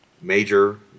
major